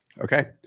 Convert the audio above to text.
Okay